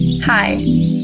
Hi